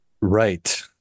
Right